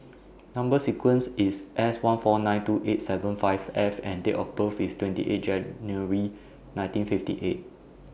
Number sequence IS S one four nine two eight seven five F and Date of birth IS twenty eight January nineteen fifty eight